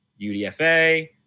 UDFA